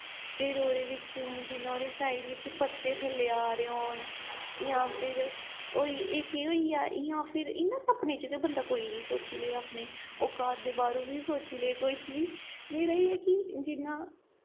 फिर ओह्दे बिच्च जियां ओह्दे साइड बिच्च पत्ते थल्लै आ दे होन जां फिर होई इक एह् होई गेआ इ'यां फिर इ'यां सपने च ते बंदा कोई बी सोची लै अपने ओह् घर दे बाह्रों बी सोची लै कुछ बी मेरा एह् ऐ कि जियां